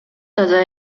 таза